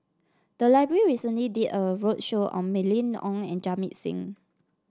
the library recently did a roadshow on Mylene Ong and Jamit Singh